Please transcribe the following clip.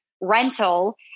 rental